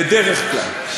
בדרך כלל.